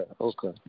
okay